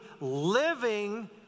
living